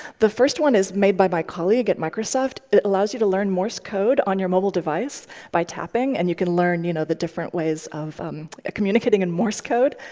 the first one is made by my colleague at microsoft. it allows you to learn morse code on your mobile device by tapping. and you can learn you know the different ways of um ah communicating in morse code.